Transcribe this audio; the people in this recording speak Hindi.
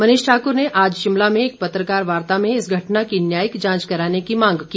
मनीष ठाकुर ने आज शिमला में एक पत्रकार वार्ता में इस घटना की न्यायिक जांच कराने की मांग की